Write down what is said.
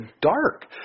dark